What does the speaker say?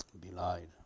belied